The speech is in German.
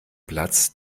platz